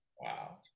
Wow